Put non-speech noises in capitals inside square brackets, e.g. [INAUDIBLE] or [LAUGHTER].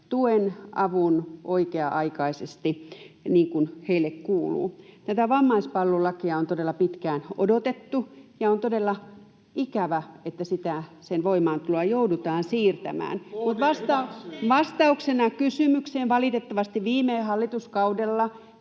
tuen ja avun oikea-aikaisesti ja niin kuin heille kuuluu. Tätä vammaispalvelulakia on todella pitkään odotettu, ja on todella ikävää, että sen voimaantuloa joudutaan siirtämään. [NOISE] Mutta vastauksena kysymykseen: valitettavasti viime hallituskaudella